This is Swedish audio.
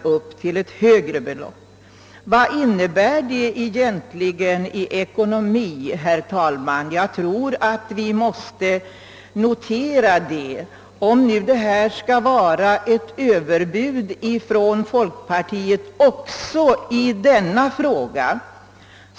Vad innebär den egentligen i ekonomiskt avseende? — Jag tror att vi måste klargöra det, om detta nu skall ses som ett överbud från folkpartiet i denna fråga.